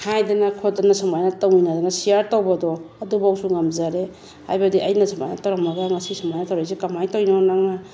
ꯍꯥꯏꯗꯅ ꯈꯣꯠꯇꯅ ꯁꯨꯃꯥꯏꯅ ꯇꯧꯃꯤꯟꯅꯗꯅ ꯁꯦꯌꯥꯔ ꯇꯧꯕꯗꯣ ꯑꯗꯨꯐꯥꯎꯁꯨ ꯉꯝꯖꯔꯦ ꯍꯥꯏꯕꯗꯤ ꯑꯩꯅ ꯁꯨꯃꯥꯏꯅ ꯇꯧꯔꯝꯃꯒ ꯉꯁꯤ ꯁꯨꯃꯥꯏꯅ ꯇꯧꯔꯛꯏꯁꯦ ꯀꯃꯥꯏꯅ ꯇꯧꯔꯤꯅꯣ ꯅꯪꯅ